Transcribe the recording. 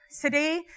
today